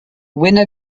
winner